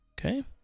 Okay